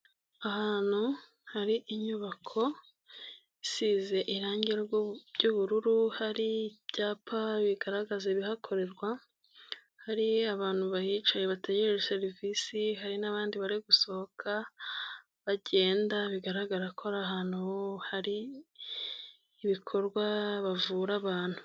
Ahantu hari inyubako isize irangi ry'ubururu, hari ibyapa bigaragaza ibihakorerwa, hari abantu bahicaye bategereje serivisi, hari n'abandi bari gusohoka bagenda bigaragara ko ari ahantu hari ibikorwa bavura abantu.